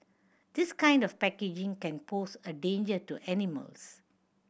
this kind of packaging can pose a danger to animals